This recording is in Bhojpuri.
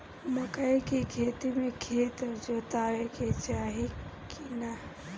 मकई के खेती मे खेत जोतावे के चाही किना?